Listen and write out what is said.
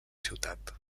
ciutat